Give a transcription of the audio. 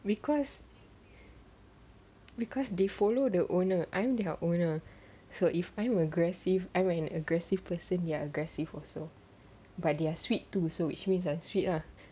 because they follow the owner I'm their owner so if I'm aggressive I'm an aggressive person ya aggressive also but they are sweet too so which means I'm sweet ah